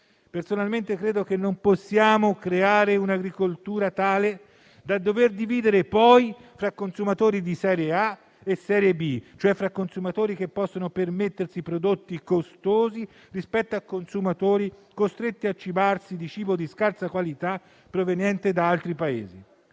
Personalmente credo che non possiamo creare un'agricoltura tale da dover dividere poi tra consumatori di serie A e di serie B, cioè fra consumatori che possono permettersi prodotti costosi rispetto a consumatori costretti a cibarsi di cibo di scarsa qualità proveniente da altri Paesi.